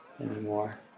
anymore